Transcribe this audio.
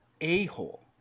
a-hole